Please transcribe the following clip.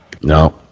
no